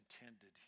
intended